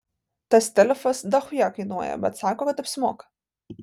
tas telefas dachuja kainuoja bet sako kad apsimoka